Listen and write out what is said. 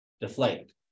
deflate